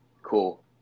cool